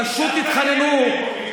פשוט התחננו,